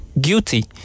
guilty